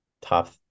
top